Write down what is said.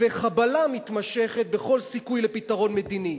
וחבלה מתמשכת בכל סיכוי לפתרון מדיני,